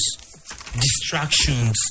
distractions